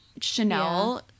Chanel